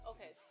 Okay